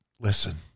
Listen